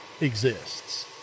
exists